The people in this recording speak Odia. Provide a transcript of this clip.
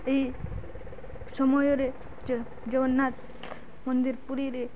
ଏଇ ସମୟରେ ଜଗନ୍ନାଥ ମନ୍ଦିର ପୁରୀରେ